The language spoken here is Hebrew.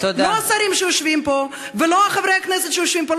לא השרים שיושבים פה ולא חברי הכנסת שיושבים פה,